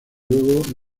luego